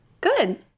Good